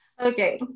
Okay